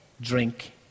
drink